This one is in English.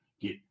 get